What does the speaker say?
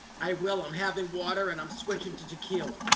i will, i'm having water and i'm switching to tequila.